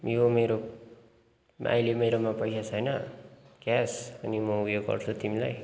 यो मेरो अहिले मेरोमा पैसा छैन क्यास अनि म उयो गर्छु तिमीलाई